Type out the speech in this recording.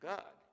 God